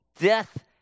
death